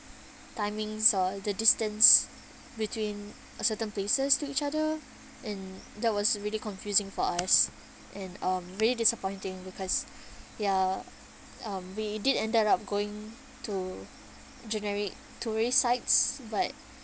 timings or the distance between a certain places to each other and that was really confusing for us and um really disappointing because ya um we did ended up going to generic tourist sites but